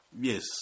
Yes